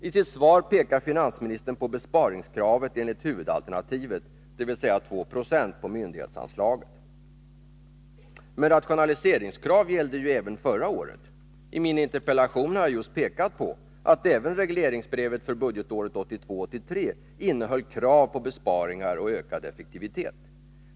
I sitt svar pekar finansministern på besparingskravet enligt huvudalternativet, dvs. 2 Zo på myndighetsanslaget. Men rationaliseringskrav gällde ju även förra året. I min interpellation har jag just pekat på att även regleringsbrevet för budgetåret 1982/83 innehöll krav på besparingar och ökad effektivitet.